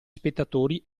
spettatori